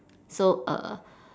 so err